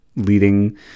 leading